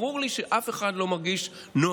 ברור לי שאף אחד לא מרגיש נוח